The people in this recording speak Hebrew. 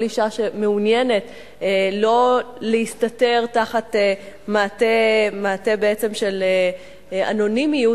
כל אשה שמעוניינת שלא להסתתר תחת מעטה של אנונימיות,